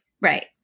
Right